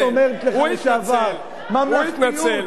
תגיד לו, מה אתה מתנצל?